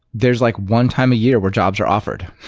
there's like one time a year where jobs are offered,